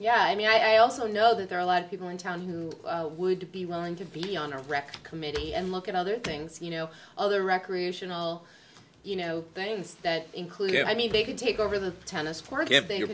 yeah i mean i also know that there are a lot of people in town who would be willing to be on a wreck committee and look at other things you know other recreational you know things that include i mean they could take over the tennis park if they